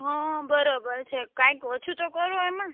હ હ બરાબર છે કંઈક ઓછું તો કરો એમાં